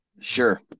Sure